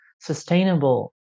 sustainable